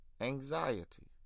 anxiety